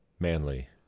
Manly